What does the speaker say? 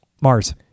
Mars